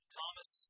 Thomas